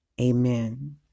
amen